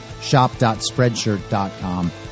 shop.spreadshirt.com